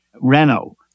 Renault